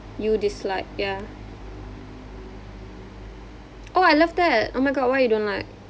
you dislike ya oh I love that oh my god why you don't like